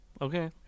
Okay